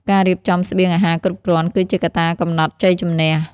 ការរៀបចំស្បៀងអាហារគ្រប់គ្រាន់ គឺជាកត្តាកំណត់ជ័យជម្នះ។